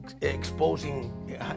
Exposing